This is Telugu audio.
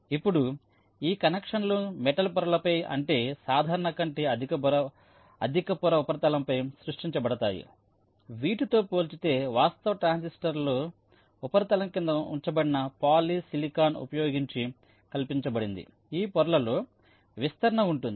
ఇప్పుడు ఈ కనెక్షన్లు మెటల్ పొరలపై అంటే సాధారణం కంటే అధిక పొర ఉపరితలంపై సృష్టించబడతాయి వీటి తో పోల్చితే వాస్తవ ట్రాన్సిస్టర్లతో ఉపరితలం క్రింద కల్పించబడిన పాలి సిలికాన్ ఉపయోగించి కల్పించబడింది ఈ పొరలలో విస్తరణ ఉంటుంది